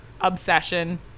obsession